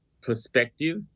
perspective